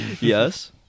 Yes